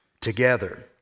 together